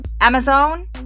Amazon